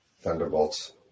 Thunderbolts